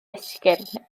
esgyrn